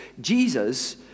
Jesus